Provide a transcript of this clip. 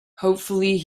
hopefully